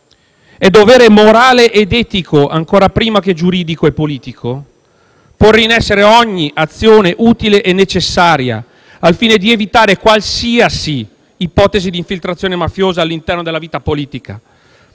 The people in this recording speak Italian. È dovere morale ed etico, ancora prima che giuridico e politico, porre in essere ogni azione utile e necessaria al fine di evitare qualsiasi ipotesi di infiltrazione mafiosa all'interno della vita politica.